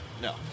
No